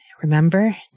Remember